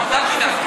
נותן הסכמה.